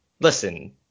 listen